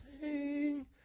sing